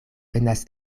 venas